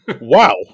Wow